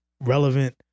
Relevant